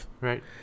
right